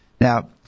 Now